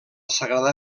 sagrada